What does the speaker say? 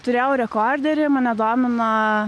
turėjau rekorderį mane domina